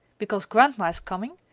because grandma is coming,